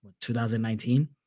2019